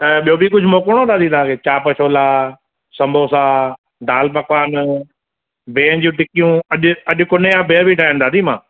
त ॿियो बि कुझु मोकिलणो आहे दादी तव्हांखे चाप छोला समोसा दाल पकवान ॿिहनि जी टिकियूं अॼु अॼु कुने ॼा बिह बि ठाहियां आहिनि दादी मां